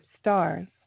stars